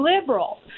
liberal